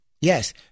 Yes